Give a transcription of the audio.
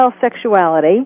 sexuality